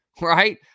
right